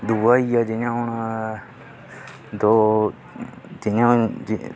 दूआ होई गेआ जि'यां हून दो जि'यां हून